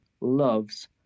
loves